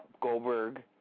Goldberg